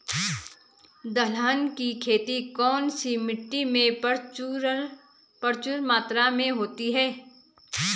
दलहन की खेती कौन सी मिट्टी में प्रचुर मात्रा में होती है?